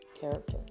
character